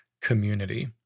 community